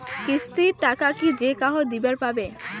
কিস্তির টাকা কি যেকাহো দিবার পাবে?